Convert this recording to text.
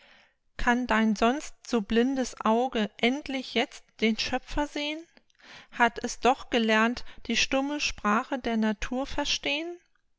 kann dein sonst so blindes auge endlich jetzt den schöpfer sehn hat es doch gelernt die stumme sprache der natur verstehn